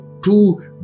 two